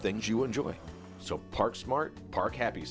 things you enjoy so park smart park happy